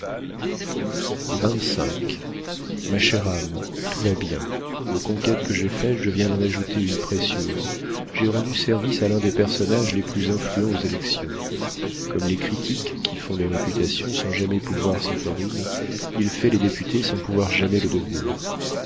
ma chère âme tout va bien aux conquêtes que j'ai faites je viens d'en ajouter une précieuse j'ai rendu service à l'un des personnages les plus influents aux élections comme les critiques qui font les réputations sans jamais pouvoir s'en faire une il fait les députés sans pouvoir jamais le devenir